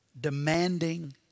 demanding